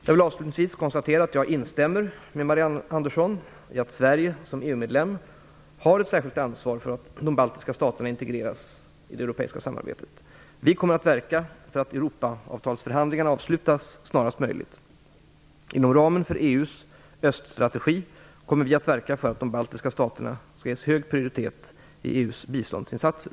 Jag vill avslutningsvis konstatera att jag instämmer med Marianne Andersson i att Sverige som EU medlem har ett särskilt ansvar för att de baltiska staterna integreras i det europeiska samarbetet. Vi kommer att verka för att Europaavtalsförhandlingarna avslutas snarast möjligt. Inom ramen för EU:s öststrategi kommer vi att verka för att de baltiska staterna ges hög prioritet i EU:s biståndsinsatser.